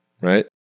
Right